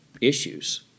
issues